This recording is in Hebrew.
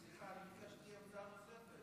סליחה, ביקשתי עמדה נוספת.